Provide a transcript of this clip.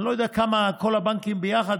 אני לא יודע כמה כל הבנקים ביחד,